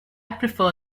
prefer